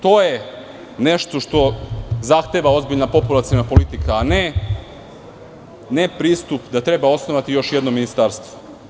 To je nešto što zahteva ozbiljna populaciona politika, a ne pristup da treba osnovati još jedno ministarstvo.